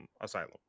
Asylum